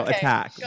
Attack